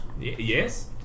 yes